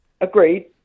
Agreed